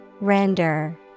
Render